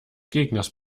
gegners